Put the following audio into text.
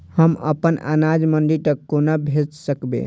हम अपन अनाज मंडी तक कोना भेज सकबै?